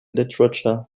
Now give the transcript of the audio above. literature